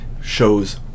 shows